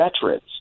veterans